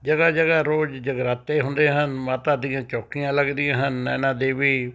ਜਗ੍ਹਾ ਜਗ੍ਹਾ ਰੋਜ਼ ਜਗਰਾਤੇ ਹੁੰਦੇ ਹਨ ਮਾਤਾ ਦੀਆਂ ਚੌਕੀਆਂ ਲੱਗਦੀਆਂ ਹਨ ਨੈਣਾਂ ਦੇਵੀ